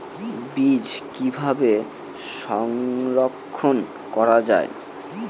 বীজ কিভাবে সংরক্ষণ করা যায়?